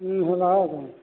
ହୁଁ ହେଲା ଆଉ କ'ଣ